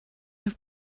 have